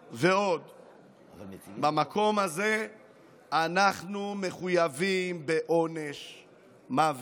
במקום הזה אנחנו מחויבים בהטלת עונש מוות.